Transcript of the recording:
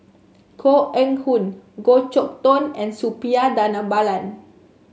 Koh Eng Hoon Goh Chok Tong and Suppiah Dhanabalan